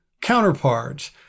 counterparts